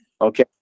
Okay